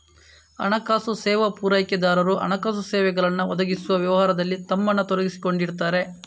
ಹಣಕಾಸು ಸೇವಾ ಪೂರೈಕೆದಾರರು ಹಣಕಾಸು ಸೇವೆಗಳನ್ನ ಒದಗಿಸುವ ವ್ಯವಹಾರದಲ್ಲಿ ತಮ್ಮನ್ನ ತೊಡಗಿಸಿಕೊಂಡಿರ್ತಾರೆ